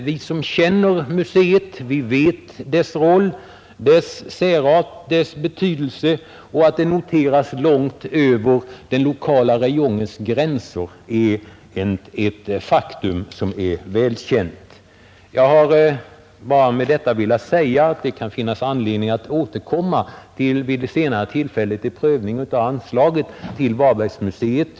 Vi som känner till museet vet vilken roll det spelar och känner till dess särart och betydelse. Att det noteras långt över den lokala räjongens gränser är ett välkänt faktum. Med detta har jag velat säga att det kan finnas anledning att vid senare tillfälle återkomma till frågan om en prövning av anslaget till Varbergs museum.